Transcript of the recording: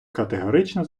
категорично